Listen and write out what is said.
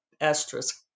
asterisk